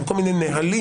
זה כל מיני נהלים,